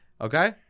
okay